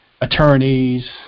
attorneys